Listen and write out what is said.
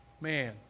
man